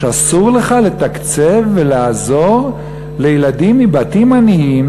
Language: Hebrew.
שאסור לך לתקצב ולעזור לילדים מבתים עניים